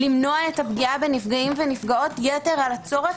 כדי למנוע את הפגיעה בנפגעים ובנפגעות יתר על הצורך.